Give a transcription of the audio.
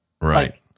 Right